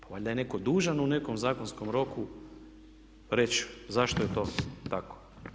Pa valjda je netko dužan u nekom zakonskom roku reći zašto je to tako.